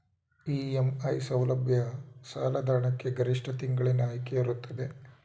EMI ಸೌಲಭ್ಯ ಸಾಲದ ಹಣಕ್ಕೆ ಗರಿಷ್ಠ ಎಷ್ಟು ತಿಂಗಳಿನ ಆಯ್ಕೆ ಇರುತ್ತದೆ?